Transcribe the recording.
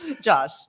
josh